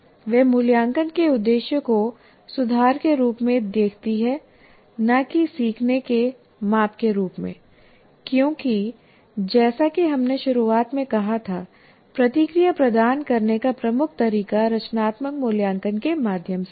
वह मूल्यांकन के उद्देश्य को सुधार के रूप में देखती है न कि सीखने के माप के रूप में क्योंकि जैसा कि हमने शुरुआत में कहा था प्रतिक्रिया प्रदान करने का प्रमुख तरीका रचनात्मक मूल्यांकन के माध्यम से है